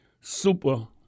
super